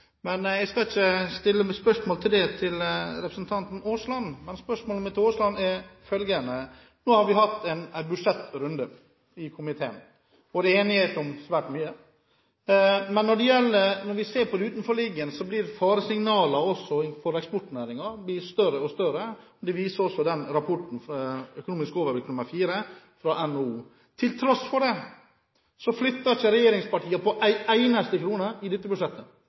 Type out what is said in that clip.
Men jeg skal ikke stille spørsmål om det til representanten Aasland. Spørsmålet mitt til Aasland går på: Nå har vi hatt en budsjettrunde i komiteen, og det er enighet om svært mye. Men når vi ser på det utenforliggende, blir faresignalene også for eksportnæringen sterkere og sterkere. Det viser også rapporten fra Økonomisk overblikk 4/2011, fra NHO. Tross det flytter ikke regjeringen på én eneste krone i dette budsjettet